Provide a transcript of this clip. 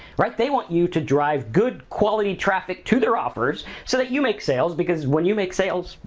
right? they want you to drive good quality traffic to their offers, so that you make sales because when you make sales,